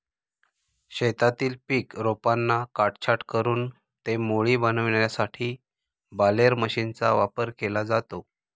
शेतातील पीक रोपांना काटछाट करून ते मोळी बनविण्यासाठी बालेर मशीनचा वापर केला जातो